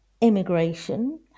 immigration